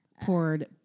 poured